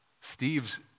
Steve's